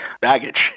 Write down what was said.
baggage